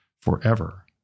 forever